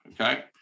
Okay